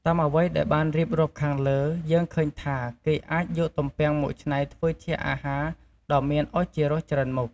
តាមអ្វីដែលបានរៀបរាប់ខាងលើ យើងឃើញថាគេអាចយកទំពាំងមកច្នៃធ្វើជាអាហារដ៏មានឱជារសច្រើនមុខ។